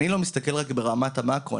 אני לא מסתכל רק ברמת המקרו,